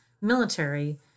military